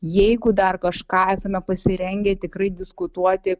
jeigu dar kažką esame pasirengę tikrai diskutuoti